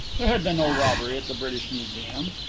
there had been no robbery at the british museum!